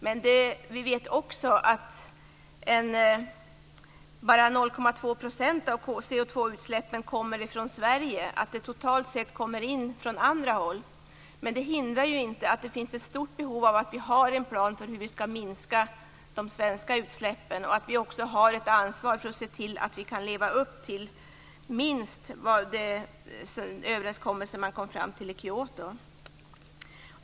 Men vi vet också att bara 0,2 % av koldioxidutsläppen kommer från Sverige. Totalt sett kommer utsläppen in från andra håll. Det hindrar inte att det finns ett stort behov av en plan för hur vi skall minska de svenska utsläppen. Vi har också ett ansvar för att se till att vi kan leva upp minst till den överenskommelse man kom fram till i Kyoto.